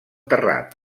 terrat